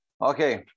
Okay